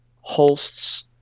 Holst's